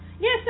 Yes